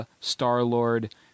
Star-Lord